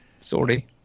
Sorry